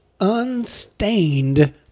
unstained